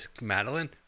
Madeline